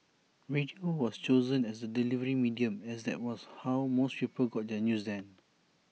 radio was chosen as the delivery medium as that was how most people got their news then